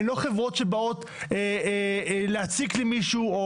הן לא חברות שבאות להציק למישהו.